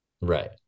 Right